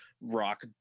rock